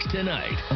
Tonight